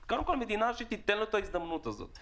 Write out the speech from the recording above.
אז שהמדינה תיתן לו את ההזדמנות הזאת,